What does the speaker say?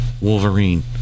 Wolverine